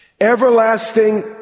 everlasting